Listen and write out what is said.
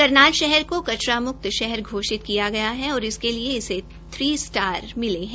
करनाल शहर को कचरा म्क्त शहर घोषित किया गया है और इसके लिए इसे तीन स्टार मिले है